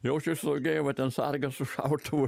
jaučiasi saugiai va ten sargas su šautuvu